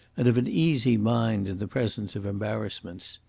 and of an easy mind in the presence of embarrassments.